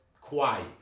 quiet